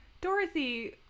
dorothy